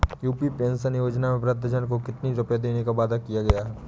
UP pension योजना में वृद्धजन को कितनी रूपये देने का वादा किया गया है?